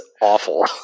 awful